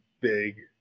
big